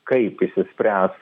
kaip išsispręs